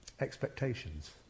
expectations